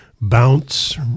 bounce